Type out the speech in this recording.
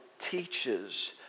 teaches